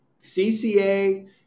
CCA